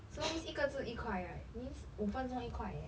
so means 一个字一块 right means 五分钟一块 eh